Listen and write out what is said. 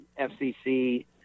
FCC